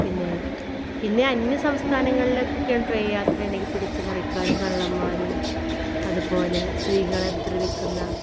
പിന്നെ പിന്നെ അന്യ സംസ്ഥാനങ്ങളിലേക്ക് ഒക്കെയാണ് ട്രെയിൻ യാത്ര ഉണ്ടെങ്കിൽ പിടിച്ചുപറിക്കാരും കള്ളൻമാരും അതുപോലെ സ്ത്രീകളെ ഉപദ്രവിക്കുന്ന